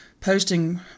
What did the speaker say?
posting